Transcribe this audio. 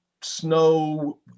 snow